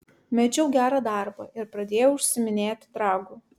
mečiau gerą darbą ir pradėjau užsiiminėti dragu